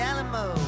Alamo